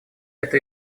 эта